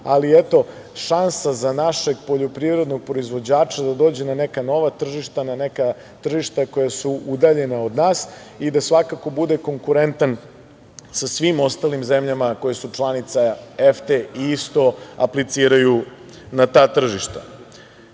ali šansa za našeg poljoprivrednog proizvođača da dođe na neka nova tržišta, na neka tržišta koja su udaljena od nas i da svakako bude konkurentan sa svim ostalim zemljama koje su članice EFTA i isto apliciraju na ta tržišta. Mi